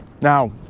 Now